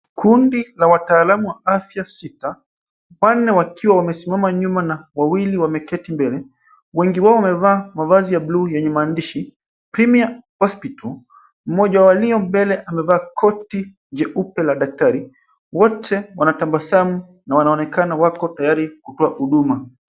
Kundi la wataalamu wa afya sita, wanne wakiwa wamesimama nyuma na wawili wameketi mbele. Wengi wao wamevaa mavazi ya buluu yenye maandishi premium hospital . Mmoja wa walio mbele amevaa koti jeupe la daktari. Wote wanatabasamu na wanaonekana wako tayari kutoa huduma,